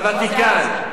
בוותיקן,